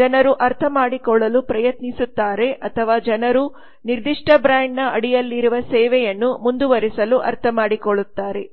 ಜನರು ಅರ್ಥಮಾಡಿಕೊಳ್ಳಲು ಪ್ರಯತ್ನಿಸುತ್ತಾರೆ ಅಥವಾ ಜನರು ನಿರ್ದಿಷ್ಟ ಬ್ರಾಂಡ್ನ ಅಡಿಯಲ್ಲಿರುವ ಸೇವೆಯನ್ನು ಮುಂದುವರಿಸಲು ಅರ್ಥಮಾಡಿಕೊಳ್ಳುತ್ತಾರೆ